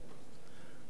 הדבר המינימלי